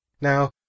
Now